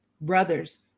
brothers